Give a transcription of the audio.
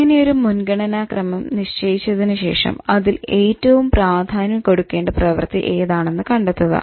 ഇങ്ങനെയൊരു മുൻഗണനാക്രമം നിശ്ചയിച്ചതിന് ശേഷം അതിൽ ഏറ്റവും പ്രാധാന്യം കൊടുക്കേണ്ട പ്രവർത്തി ഏതാണെന്ന് കണ്ടെത്തുക